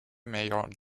mayor